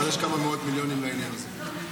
אבל יש כמה מאות מיליונים לעניין הזה.